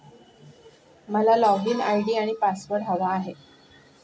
मला login ID आणि password हवा आहे